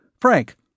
Frank